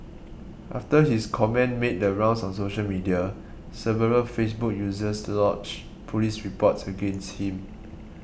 after his comment made the rounds on social media several Facebook users lodged police reports against him